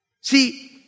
See